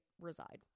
reside